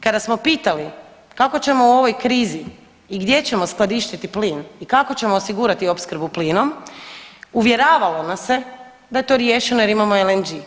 Kada smo pitali kako ćemo u ovoj krizi i gdje ćemo skladištiti plin i kako ćemo osigurati opskrbu plinom, uvjeravalo nas se da je to riješeno jer imamo LNG.